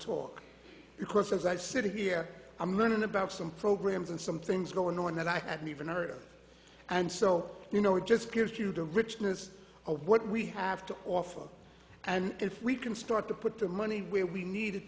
talk because as i sit here i'm learning about some programs and some things going on that i haven't even heard and so you know it just gives you the richness of what we have to offer and if we can start to put the money we needed